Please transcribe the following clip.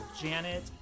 Janet